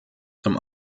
zum